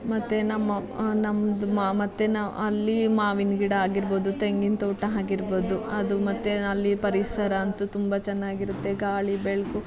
ಮತ್ತು ನಮ್ಮ ನಮ್ಮದು ಮತ್ತು ನಾವು ಅಲ್ಲಿ ಮಾವಿನ ಗಿಡ ಆಗಿರ್ಬೋದು ತೆಂಗಿನ್ ತೋಟ ಆಗಿರ್ಬೋದು ಅದು ಮತ್ತು ಅಲ್ಲಿ ಪರಿಸರ ಅಂತೂ ತುಂಬ ಚೆನ್ನಾಗಿರುತ್ತೆ ಗಾಳಿ ಬೆಳಕು